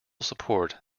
support